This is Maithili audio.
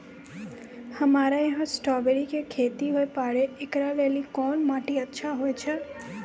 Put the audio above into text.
हमरा यहाँ स्ट्राबेरी के खेती हुए पारे, इकरा लेली कोन माटी अच्छा होय छै?